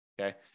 Okay